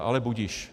Ale budiž.